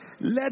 Let